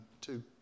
two